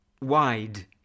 Wide